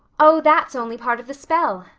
oh, that's only part of the spell,